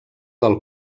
del